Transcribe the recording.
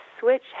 switch